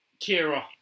Kira